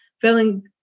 feeling